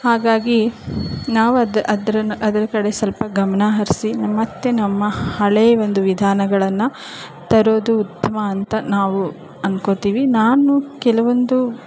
ಹಾಗಾಗಿ ನಾವು ಅದ ಅದ್ರ ಅದರ ಕಡೆ ಸ್ವಲ್ಪ ಗಮನ ಹರಿಸಿ ಮತ್ತು ನಮ್ಮ ಹಳೆ ಒಂದು ವಿಧಾನಗಳನ್ನು ತರೋದು ಉತ್ತಮ ಅಂತ ನಾವು ಅನ್ಕೊತೀವಿ ನಾನು ಕೆಲವೊಂದು